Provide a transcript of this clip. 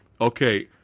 okay